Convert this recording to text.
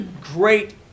great